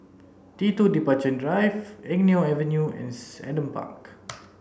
T two Departure Drive Eng Neo Avenue and Park